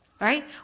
Right